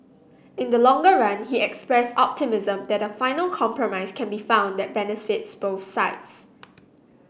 in the longer run he expressed optimism that a final compromise can be found that benefits both sides